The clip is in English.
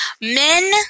Men